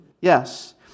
Yes